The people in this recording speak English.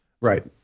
Right